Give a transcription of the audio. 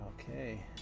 Okay